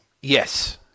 Yes